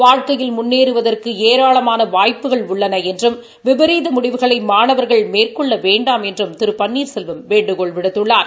வாழ்க்கையில் முன்னேறுவதற்கு ஏராளமான வாய்ப்புகள் உள்ளபோதிலும் விபரீத முடிவுகளை மாணவர்கள் மேற்கொள்ள வேண்டாம் என்றும் திரு பன்னீர்செல்வம் வேண்டுகோள் விடுத்துள்ளார்